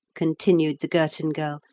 continued the girton girl,